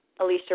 Alicia